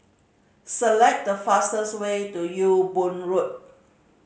select the fastest way to Ewe Boon Road